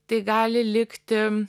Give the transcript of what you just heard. tai gali likti